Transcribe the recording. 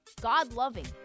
God-loving